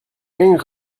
één